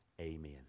Amen